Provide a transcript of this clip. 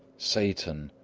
satan,